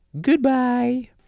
Goodbye